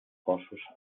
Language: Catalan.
cossos